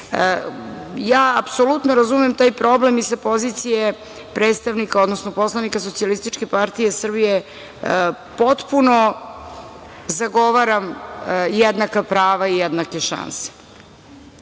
prirode. Apsolutno razumem taj problem i sa pozicije predstavnika, odnosno poslanika Socijalističke partije Srbije, potpuno zagovaram jednaka prava i jednake šanse. Zakon